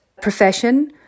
profession